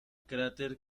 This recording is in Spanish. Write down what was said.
cráter